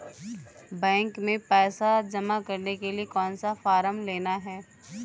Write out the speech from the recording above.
Bank में पैसा जमा करने के लिए कौन सा फॉर्म लेना है?